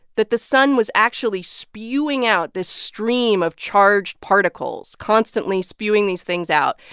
that the sun was actually spewing out this stream of charged particles, constantly spewing these things out,